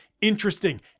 interesting